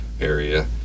area